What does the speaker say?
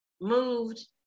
moved